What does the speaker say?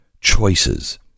choices